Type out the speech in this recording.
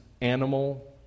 animal